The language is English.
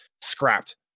scrapped